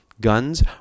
guns